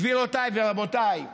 גבירותיי ורבותיי,